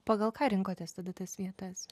pagal ką rinkotės tada tas vietas